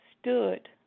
stood